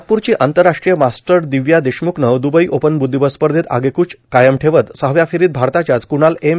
नागपूरची आंतरराष्ट्रीय मास्टर दिव्या देशमुखनं दुबई ओपन बुद्धिबळ स्पर्धेत आगेकूच कायम ठेवत सहाव्या फेरीत भारताच्याच कुणाल एम